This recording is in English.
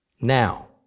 Now